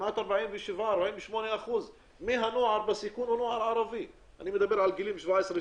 כמעט 48% מהנוער בסיכון הוא נוער ערבי בגילאי 17,